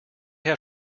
had